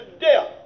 death